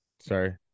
Sorry